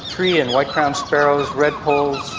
tree and white-crowned sparrows, redpolls,